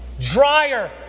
Dryer